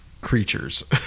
creatures